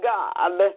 God